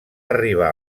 arribar